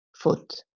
foot